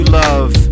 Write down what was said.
love